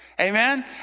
Amen